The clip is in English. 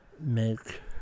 make